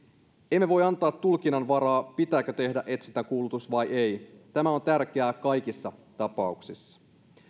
emme voi antaa tulkinnanvaraa siihen pitääkö tehdä etsintäkuulutus vai ei tämä on tärkeää kaikissa tapauksissa